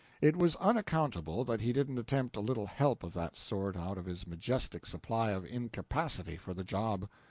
it was unaccountable that he didn't attempt a little help of that sort out of his majestic supply of incapacity for the job.